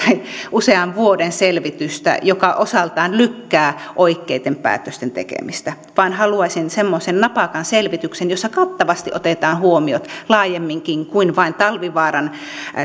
usean vuoden selvitystä joka osaltaan lykkää oikeiden päätösten tekemistä vaan haluaisin semmoisen napakan selvityksen jossa kattavasti otetaan huomioon laajemminkin kuin vain talvivaaran